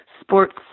sports